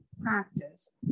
practice